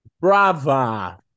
Brava